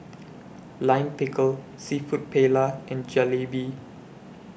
Lime Pickle Seafood Paella and Jalebi